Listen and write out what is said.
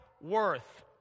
worth